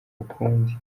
ukundi